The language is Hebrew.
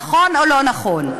נכון או לא נכון?